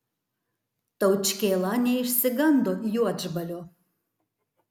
taučkėla neišsigando juodžbalio